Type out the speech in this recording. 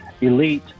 elite